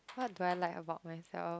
what do I like about myself